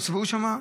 תצבעו שם,